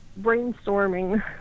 brainstorming